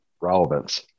relevance